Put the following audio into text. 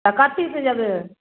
तऽ कथीसँ जेबै